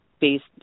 based